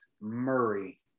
Murray